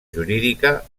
jurídica